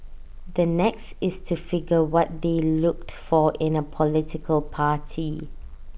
the next is to figure what they looked for in A political party